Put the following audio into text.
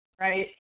right